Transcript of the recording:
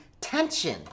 tension